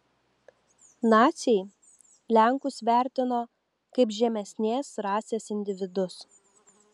naciai lenkus vertino kaip žemesnės rasės individus